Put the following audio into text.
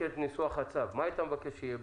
לתקן את ניסוח הצו, מה היית מבקש שיהיה בצו?